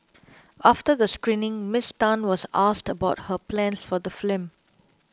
after the screening Miss Tan was asked about her plans for the film